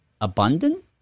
abundant